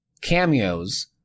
cameos